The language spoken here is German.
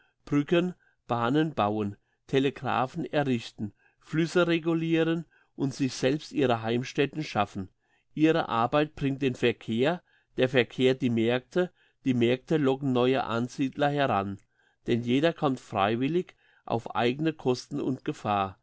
brücken bahnen bauen telegraphen errichten flüsse reguliren und sich selbst ihre heimstätten schaffen ihre arbeit bringt den verkehr der verkehr die märkte die märkte locken neue ansiedler heran denn jeder kommt freiwillig auf eigene kosten und gefahr